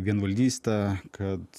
vienvaldystė kad